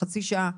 חצי שעה.